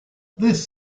this